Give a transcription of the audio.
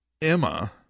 Emma